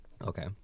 Okay